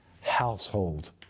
household